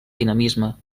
dinamisme